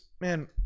man